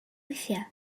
weithiau